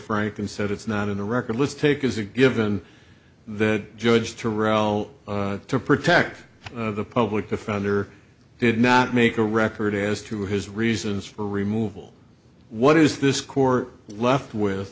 frank and said it's not in the record let's take as a given the judge to rule to protect the public defender did not make a record as to his reasons for removal what is this court left with